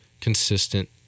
consistent